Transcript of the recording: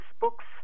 books